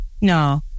No